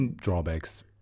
drawbacks